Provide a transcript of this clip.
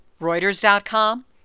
reuters.com